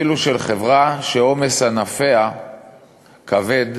אפילו של חברה שעומס ענפיה כבד